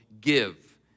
Give